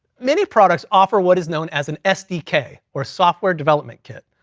many products offer what is known as an sdk, or software development kit,